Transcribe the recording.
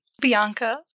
Bianca